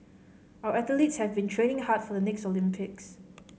our athletes have been training hard for the next Olympics